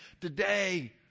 Today